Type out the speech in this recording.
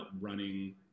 running